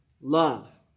love